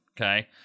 okay